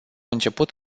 început